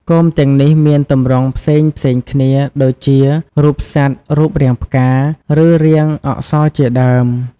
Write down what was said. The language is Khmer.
គោមទាំងនេះមានទម្រង់ផ្សេងៗគ្នាដូចជា រូបសត្វ រូបរាងផ្កា ឬរាងអក្សរជាដើម។